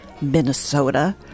Minnesota